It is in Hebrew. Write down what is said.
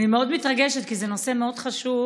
אני מאוד מתרגשת, כי זה נושא מאוד חשוב.